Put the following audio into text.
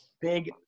big